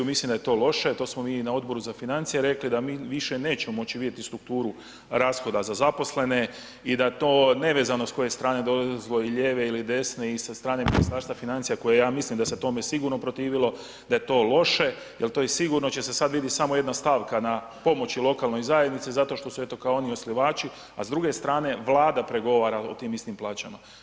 Mislim daje to loše, to smo mi i na Odboru za financije rekli, da mi više nećemo moći vidjeti strukturu rashoda za zaposlene i da to nevezano s koje strane dolazilo, lijeve ili desne i sa strane Ministarstva financija koje, ja mislim da se tome sigurno protivilo, da je to loše jer to je sigurno će se sad vidjeti samo jedna stavka na pomoći lokalnoj zajednici zato što su eto, kao oni osnivači, a s druge strane, Vlada pregovara o tim istim plaćama.